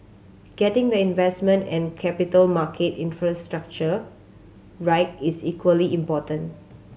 getting the investment and capital market infrastructure right is equally important